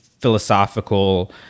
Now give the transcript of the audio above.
philosophical